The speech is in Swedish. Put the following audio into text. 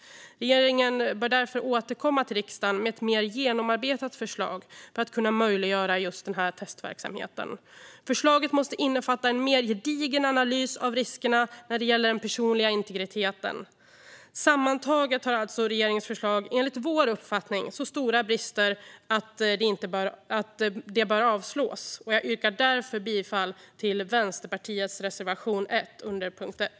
Regeringen bör därför återkomma till riksdagen med ett mer genomarbetat förslag för att kunna möjliggöra just denna testverksamhet. Förslaget måste innefatta en mer gedigen analys av riskerna när det gäller den personliga integriteten. Sammantaget har alltså regeringens förslag enligt vår uppfattning så stora brister att det bör avslås. Jag yrkar därför bifall till Vänsterpartiets reservation 1 under punkt 1.